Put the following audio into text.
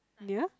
dear